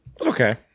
Okay